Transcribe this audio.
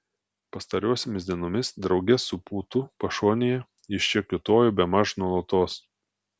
pastarosiomis dienomis drauge su pūtu pašonėje jis čia kiūtojo bemaž nuolatos